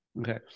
okay